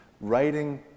writing